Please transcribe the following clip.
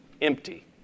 empty